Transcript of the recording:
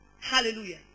Hallelujah